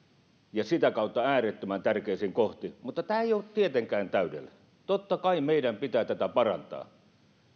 ja sitä kautta äärettömän tärkeisiin kohtiin mutta tämä ei ole tietenkään täydellinen totta kai meidän pitää tätä parantaa